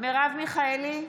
מרב מיכאלי,